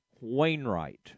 Wainwright